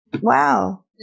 wow